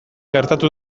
gertatu